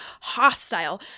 hostile